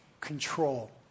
control